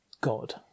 God